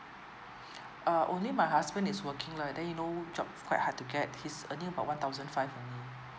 uh only my husband is working lah and then you know job quite hard to get he's earning about one thousand five only